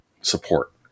support